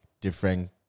different